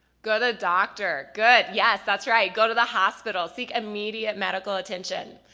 go to the doctor, good! yes that's right. go to the hospital. seek immediate medical attention.